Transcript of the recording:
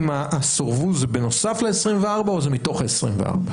אם הסורבו זה בנוסף ל-24,000 או זה מתוך ה-24,000.